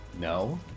No